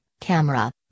camera